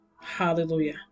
Hallelujah